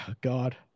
god